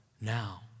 now